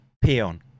peon